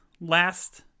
last